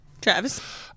Travis